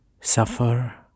suffer